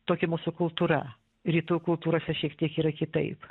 tokia mūsų kultūra rytų kultūrose šiek tiek yra kitaip